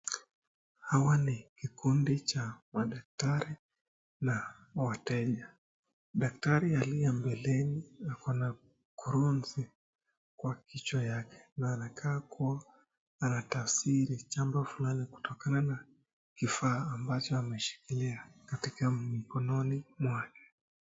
Hawa ni kikundi cha madaktari na wateja. Daktari aliye mbeleni ako na kurunzi kwa kichwa yake na anakaa kuwa anatafsiri jambo fulani kutokana na kifaa ambacho ameshikilia katika mikononi mwake.